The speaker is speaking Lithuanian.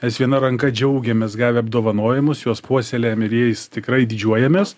mes viena ranka džiaugiamės gavę apdovanojimus juos puoselėjam ir jais tikrai didžiuojamės